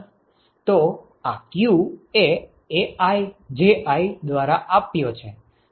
તો આ q એ AiJi દ્વારા આપ્યો છે